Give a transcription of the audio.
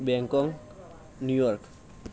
Bangkok New York